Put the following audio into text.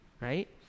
Right